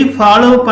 follow